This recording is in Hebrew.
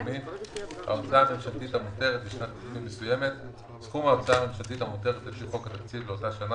שנתי ולהיכנס לבסיס התקציב,